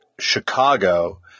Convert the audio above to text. Chicago